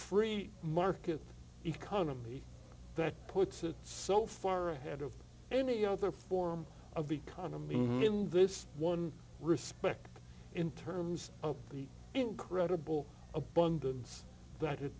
free market economy that puts it so far ahead of any other form of the economy in this one respect in terms of the incredible abundance that